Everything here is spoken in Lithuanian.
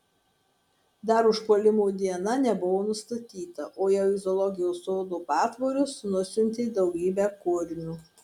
dar užpuolimo diena nebuvo nustatyta o jau į zoologijos sodo patvorius nusiuntė daugybę kurmių